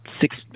six